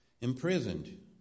imprisoned